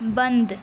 बन्द